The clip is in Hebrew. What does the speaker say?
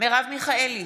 מרב מיכאלי,